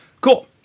cool